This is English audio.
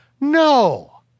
No